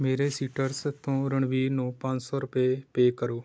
ਮੇਰੇ ਸੀਟਰਸ ਤੋਂ ਰਣਬੀਰ ਨੂੰ ਪੰਜ ਸੌ ਰੁਪਏ ਪੇਅ ਕਰੋ